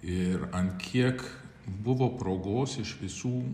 ir ant kiek buvo progos iš visų